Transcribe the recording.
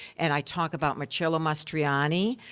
and i talk about marcello mastroianni,